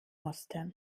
musste